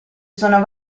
sono